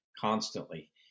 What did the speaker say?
constantly